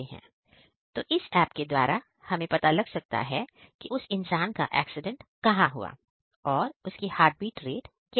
तो इस एप के द्वारा हमें पता लग सकता है कि उस इंसान का एक्सीडेंट कहां हुआ है और उसकी हार्ट बीट रेट क्या है